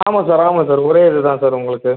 ஆமாம் சார் ஆமாம் சார் ஒரே இது தான் சார் உங்களுக்கு